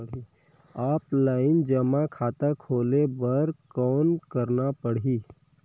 Offline जमा खाता खोले बर कौन करना पड़ही?